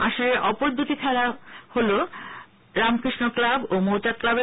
আসরের অপর দুটি দল হল রামকৃষ্ণ ক্লাব ও মৌচাক ক্লাব